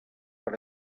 per